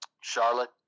Charlotte